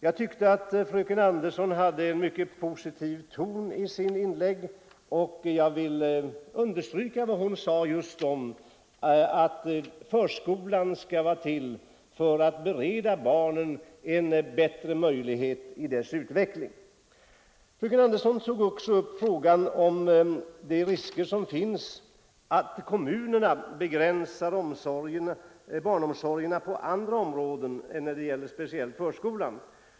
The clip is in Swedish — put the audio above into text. Jag tycker att fröken Andersson hade en mycket positiv ton i sitt inlägg, och jag vill understryka vad hon sade just om att förskolan skall vara till för att bereda barnen bättre utvecklingsmöjligheter. Fröken Andersson tog också upp frågan om de risker som finns för att kommunerna begränsar barnomsorgerna på andra områden än när det gäller förskolan.